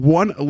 one